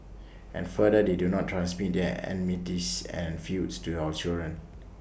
and further that they do not transmit their enmities and feuds to our children